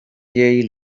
jej